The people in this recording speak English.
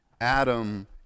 Adam